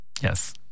Yes